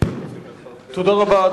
תודה רבה.